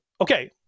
okay